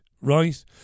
right